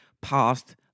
past